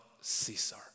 Caesar